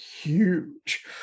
huge